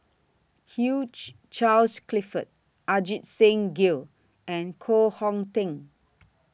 Hugh Charles Clifford Ajit Singh Gill and Koh Hong Teng